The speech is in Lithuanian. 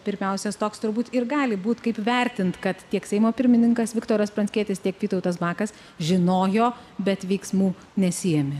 pirmiausias toks turbūt ir gali būt kaip vertint kad tiek seimo pirmininkas viktoras pranckietis tiek vytautas bakas žinojo bet veiksmų nesiėmė